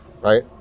right